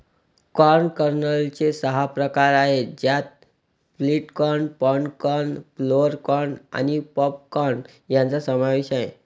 corn कर्नलचे सहा प्रकार आहेत ज्यात flint corn, pod corn, flour corn आणि पॉप कॉर्न यांचा समावेश आहे